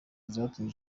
zatumye